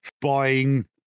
buying